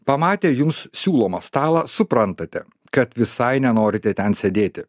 pamatę jūs siūlomą stalą suprantate kad visai nenorite ten sėdėti